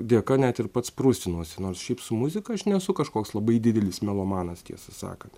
dėka net ir pats prusinuosi nors šiaip su muzika aš nesu kažkoks labai didelis melomanas tiesą sakant